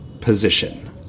position